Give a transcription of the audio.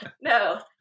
No